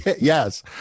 Yes